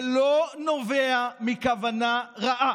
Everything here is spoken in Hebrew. זה לא נובע מכוונה רעה,